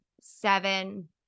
seven